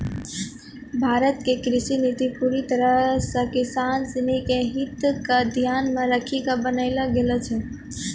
भारत के कृषि नीति पूरी तरह सॅ किसानों सिनि के हित क ध्यान मॅ रखी क बनैलो गेलो छै